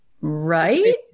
Right